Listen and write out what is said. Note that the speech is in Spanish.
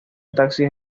taxis